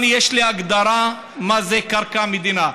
יש לי הגדרה מה זה קרקע מדינה,